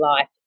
life